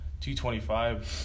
225